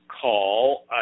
call